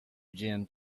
gym